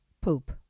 poop